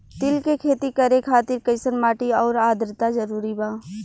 तिल के खेती करे खातिर कइसन माटी आउर आद्रता जरूरी बा?